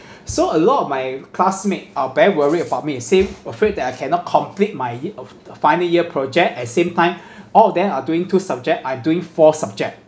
so a lot of my classmate are very worried about me say afraid that I cannot complete my ye~ of the final year project at same time all of them are doing two subject I doing four subject